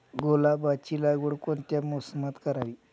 गुलाबाची लागवड कोणत्या मोसमात करावी?